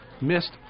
missed